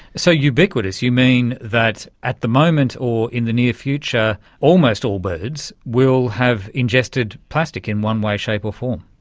so, ubiquitous, you mean that at the moment or in the near future almost all birds will have ingested plastic in one way, shape or form.